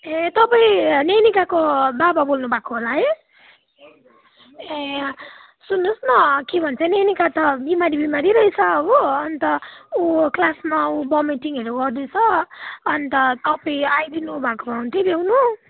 ए तपाईँ नैनीकाको बाबा बोल्नु भएको होला है ए सुन्नु होस् न के भन्छ नैनीका त बिमारी बिमारी रहेछ हो अन्त ऊ क्लासमा ऊ भेमिटिङहरू गर्दैछ अन्त तपाईँ आइदिनु भएको भए हुन्थ्यो ल्याउनु